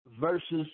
versus